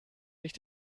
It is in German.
sich